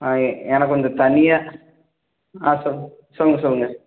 ஆ எ எனக்குக் கொஞ்சம் தனியாக ஆ சொ சொல்லுங்கள் சொல்லுங்கள்